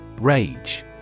Rage